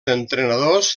entrenadors